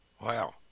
wow